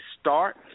start